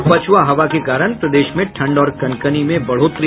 और पछुआ हवा के कारण प्रदेश में ठंड और कनकनी में बढ़ोतरी